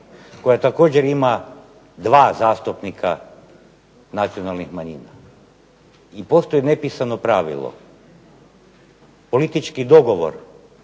koja ima dva zastupnika nacionalnih manjina i postoji nepisano pravilo, politički dogovor